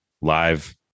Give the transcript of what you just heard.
live